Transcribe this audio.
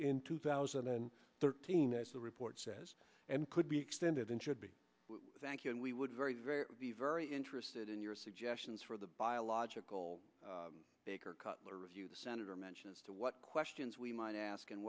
in two thousand and thirteen as the report says and could be extended in should be thank you and we would very very very interested in your suggestions for the biological baker cutler review the senator mention as to what questions we might ask